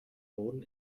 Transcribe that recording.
boden